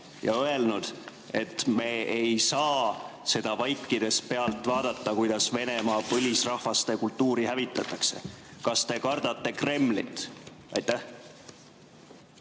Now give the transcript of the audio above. ja öelnud, et me ei saa seda vaikides pealt vaadata, kuidas Venemaal põlisrahvaste kultuuri hävitatakse? Kas te kardate Kremlit?